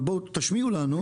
בואו, תשמיעו לנו.